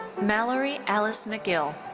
mallory alice macgill.